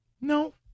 No